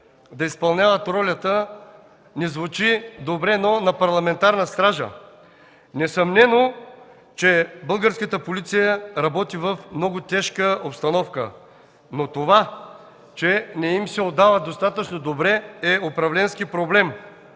да изпълняват ролята, не звучи добре, но на парламентарна стража. Несъмнено, че българската полиция работи в много тежка обстановка. Това, че не им се отдава достатъчно добре, е управленски проблем.